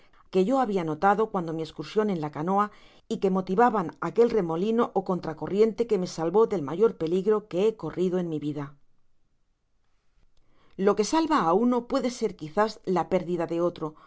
que yo habia notado cuando mi escursion en la canoa y que motivaban aquel remolino ó contra corriente que me salvó del mayor peligro que he corrido en mi vida lo que salva á uno puede ser quizás la pérdida de otro